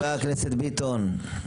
חבר הכנסת ביטון.